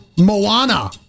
Moana